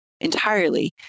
entirely